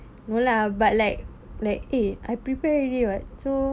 no lah but like like eh I prepared already [what] so